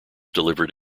delivered